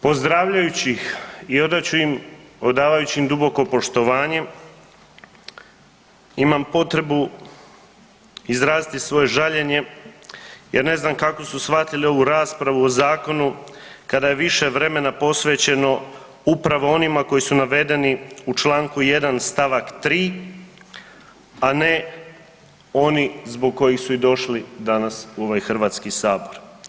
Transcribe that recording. Pozdravljajući ih i odavajući im duboko poštovanje imam potrebu izraziti svoje žaljenje jer ne znam kako su shvatili ovu raspravu o zakonu kada je više vremena posvećeno upravo onima koji su navedeni u Članku 1. stavak 3., a ne oni zbog kojih su došli danas u ovaj Hrvatski sabor.